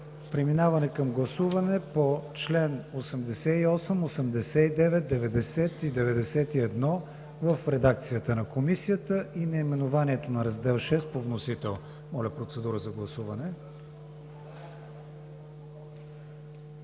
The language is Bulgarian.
Преминаваме към гласуване по членове 88, 89, 90 и 91 в редакцията на Комисията и наименованието на Раздел VІ по вносител. Моля, гласувайте.